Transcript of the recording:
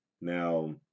Now